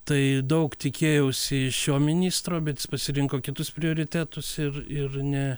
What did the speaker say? tai daug tikėjausi iš šio ministro bet jis pasirinko kitus prioritetus ir ir ne